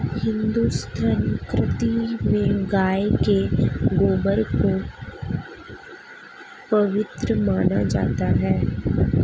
हिंदू संस्कृति में गाय के गोबर को पवित्र माना जाता है